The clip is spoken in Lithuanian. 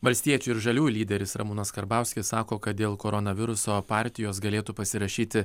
valstiečių ir žaliųjų lyderis ramūnas karbauskis sako kad dėl koronaviruso partijos galėtų pasirašyti